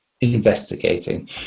investigating